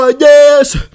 yes